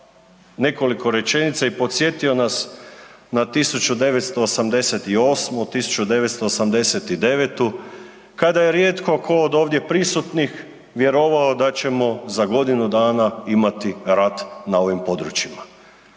nekoliko rečenica i podsjetio nas na 1988., 1989., kada je rijetko tko od ovdje prisutnih vjerovao da ćemo za godinu dana imati rat na ovim područjima.